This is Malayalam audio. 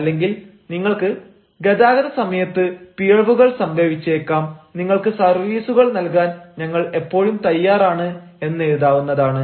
അല്ലെങ്കിൽ നിങ്ങൾക്ക് 'ഗതാഗത സമയത്ത് പിഴവുകൾ സംഭവിച്ചേക്കാം നിങ്ങൾക്ക് സർവീസുകൾ നൽകാൻ ഞങ്ങൾ എപ്പോഴും തയ്യാറാണ്' എന്നെഴുതാവുന്നതാണ്